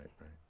right